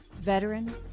veteran